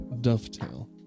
Dovetail